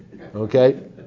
Okay